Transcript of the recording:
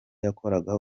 yakoraga